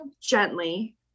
gently